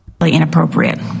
inappropriate